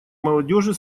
молодежи